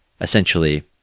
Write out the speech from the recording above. essentially